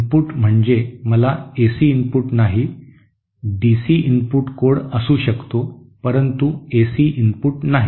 input म्हणजे मला AC input नाही डीसी इनपुट कोड असू शकतो परंतु एसी इनपुट नाही